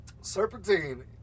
Serpentine